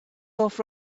off